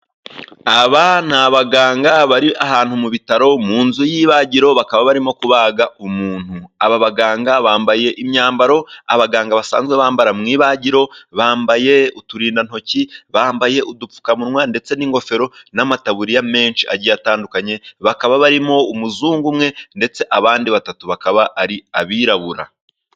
Aba ni abaganga bari ahantu mu bitaro, mu nzu y'ibagiro, bakaba barimo kubaga umuntu. Aba baganga bambaye imyambaro abaganga basanzwe bambara mu ibagiro, bambaye uturindantoki, bambaye udupfukamunwa, ndetse n'ingofero n'amataburiya menshi agiye atandukanye. Bakaba barimo umuzungu umwe, ndetse abandi batatu bakaba ari abirabura.